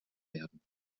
werden